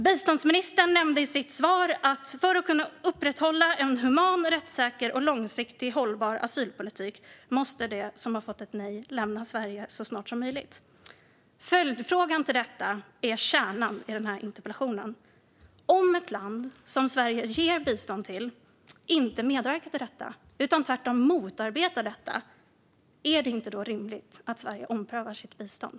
Biståndsministern nämnde i sitt svar att för att kunna upprätthålla en human, rättssäker och långsiktigt hållbar asylpolitik måste de som har fått ett nej lämna Sverige så snart som möjligt. Följdfrågan när det gäller detta är kärnan i den här interpellationsdebatten. Om ett land som Sverige ger bistånd till inte medverkar till detta utan tvärtom motarbetar det undrar jag: Är det inte rimligt att Sverige omprövar sitt bistånd?